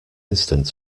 instant